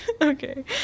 Okay